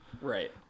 right